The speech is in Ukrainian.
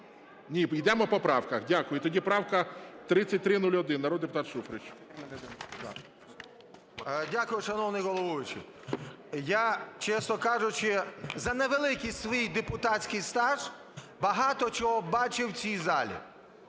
Ні, йдемо по правках. Дякую. Тоді правка 3301, народний депутат Шуфрич. 17:01:19 ШУФРИЧ Н.І. Дякую, шановний головуючий. Я, чесно кажучи, за невеликий свій депутатський стаж багато чого бачив в цій залі.